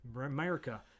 America